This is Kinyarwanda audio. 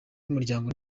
w’umuryango